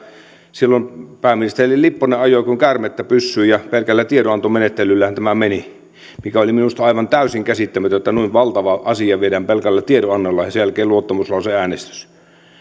silloin pääministeri lipponen ajoi sitä kuin käärmettä pyssyyn ja pelkällä tiedonantomenettelyllähän tämä meni mikä oli minusta aivan täysin käsittämätöntä että noin valtava asia viedään pelkällä tiedonannolla ja sen jälkeen on luottamuslauseäänestys